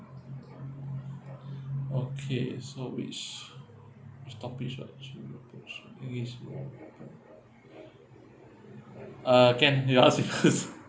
okay so which topic first more uh can you ask me first